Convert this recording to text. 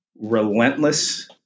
relentless